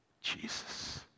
Jesus